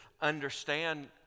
understand